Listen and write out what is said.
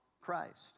Christ